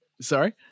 Sorry